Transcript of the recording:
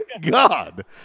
god